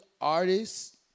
artists